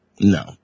No